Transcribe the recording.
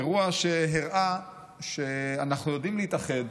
אירוע שהראה שאנחנו יודעים להתאחד,